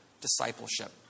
discipleship